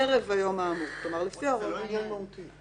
להאריך בהארכה ניכרת,